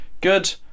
good